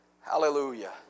Hallelujah